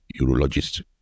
urologist